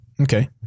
Okay